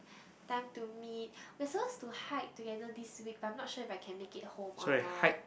time to meet we are supposed to hike together this week but I'm not sure if I can make it home or not